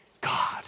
God